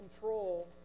control